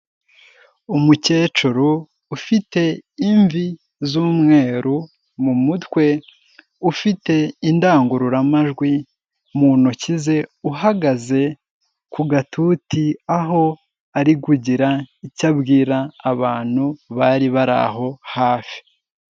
Umukecuru ufite imvi z'umweru mu mutwe, ufite indangururamajwi mu ntoki ze, uhagaze ku gatuti aho ari kugira icyo abwira abantu bari bari aho hafi.